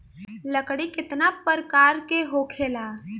लकड़ी केतना परकार के होखेला